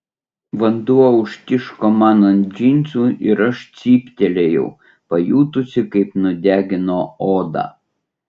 vanduo užtiško man ant džinsų ir aš cyptelėjau pajutusi kaip nudegino odą